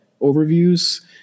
overviews